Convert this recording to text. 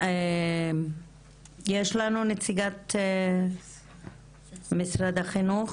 יש לנו נציגת משרד החינוך?